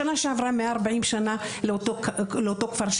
בשנה שעברה מלאו 140 שנה לאותו כפר.